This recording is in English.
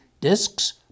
discs